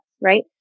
right